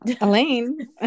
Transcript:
Elaine